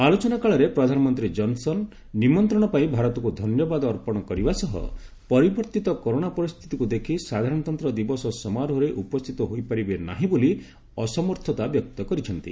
ଆଲୋଚନା କାଳରେ ପ୍ରଧାନମନ୍ତ୍ରୀ ଜନ୍ସନ୍ ନିମନ୍ତ୍ରଣ ପାଇଁ ଭାରତକୁ ଧନ୍ୟବାଦ ଅର୍ପଣ କରିବା ସହ ପରିବର୍ତ୍ତିତ କରୋନା ପରିସ୍ଥିତିକୁ ଦେଖି ସାଧାରଣତନ୍ତ୍ର ଦିବସ ସମାରୋହରେ ଉପସ୍ଥିତ ହୋଇ ପାରିବେ ନାହିଁ ବୋଲି ଅସମର୍ଥତା ବ୍ୟକ୍ତ କରିଛନ୍ତି